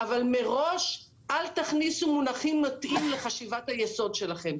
אבל מראש אל תכניסו מונחים מטעים לחשיבת היסוד שלכם.